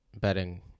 betting